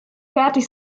fertig